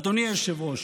אדוני היושב-ראש,